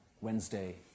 Wednesday